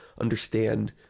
understand